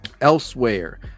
elsewhere